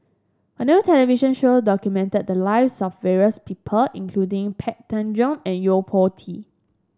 a new television show documented the lives of various people including Pang Teck Joon and Yo Po Tee